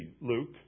Luke